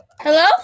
Hello